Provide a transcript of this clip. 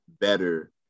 better